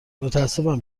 متأسفم